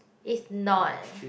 is not